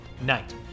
night